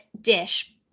dish